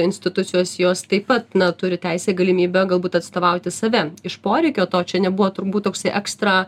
institucijos jos taip pat turi teisę galimybę galbūt atstovauti save iš poreikio to čia nebuvo turbūt toksai ekstra